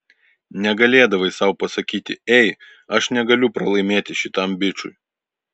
negalėdavai sau pasakyti ei aš negaliu pralaimėti šitam bičui